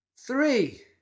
Three